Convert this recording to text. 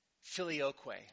filioque